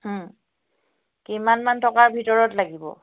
কিমানমান টকাৰ ভিতৰত লাগিব